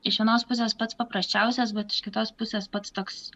iš vienos pusės pats paprasčiausias bet iš kitos pusės pats toks